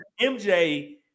MJ